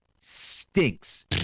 stinks